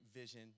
vision